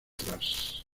detrás